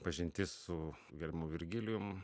pažintis su gerbiamu virgilijum